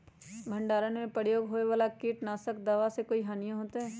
भंडारण में प्रयोग होए वाला किट नाशक दवा से कोई हानियों होतै?